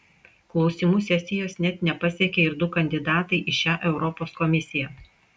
klausymų sesijos net nepasiekė ir du kandidatai į šią europos komisiją